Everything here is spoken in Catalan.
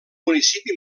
municipi